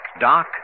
Doc